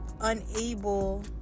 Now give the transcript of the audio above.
unable